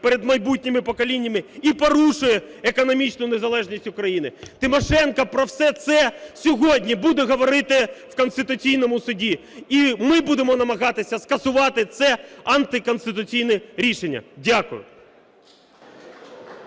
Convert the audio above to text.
перед майбутніми поколіннями і порушує економічну незалежність України. Тимошенко про все це сьогодні буде говорити в Конституційному Суді. І ми будемо намагатися скасувати це антиконституційне рішення. Дякую.